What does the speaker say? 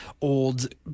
old